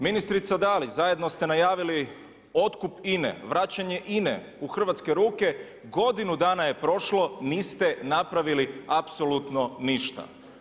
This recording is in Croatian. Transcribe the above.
Ministrica Dalić zajedno ste najavili otkup INA-e, vraćanje INA-e u hrvatske ruke, godinu dana je prošlo niste napravili apsolutno ništa.